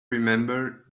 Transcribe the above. remember